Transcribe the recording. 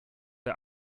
der